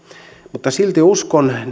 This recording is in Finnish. mutta silti uskon